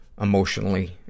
emotionally